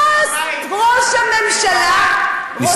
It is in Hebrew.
מה ראש הממשלה רוצה